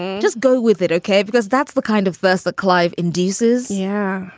just go with it. okay. because that's the kind of verse that clive induces. yeah.